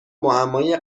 معمای